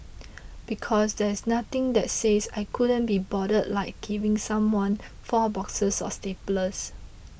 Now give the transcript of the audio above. because there is nothing that says I couldn't be bothered like giving someone four boxes of staples